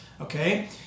okay